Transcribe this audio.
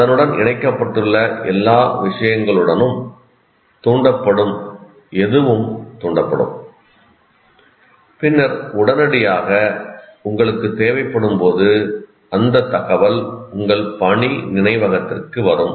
அதனுடன் இணைக்கப்பட்டுள்ள எல்லா விஷயங்களுடனும் தூண்டப்படும் எதுவும் தூண்டப்படும் பின்னர் உடனடியாக உங்களுக்குத் தேவைப்படும் போது அந்தத் தகவல் உங்கள் பணி நினைவகத்திற்கு வரும்